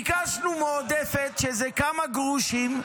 ביקשנו מועדפת, שזה כמה גרושים,